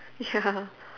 ya